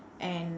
and